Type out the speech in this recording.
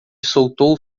soltou